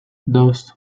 dos